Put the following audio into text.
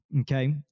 okay